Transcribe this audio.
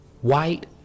white